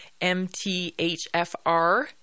MTHFR